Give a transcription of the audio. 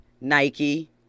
Nike